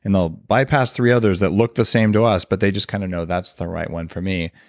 and they'll bypass three others that look the same to us, but they just kind of know, that's the right one for me.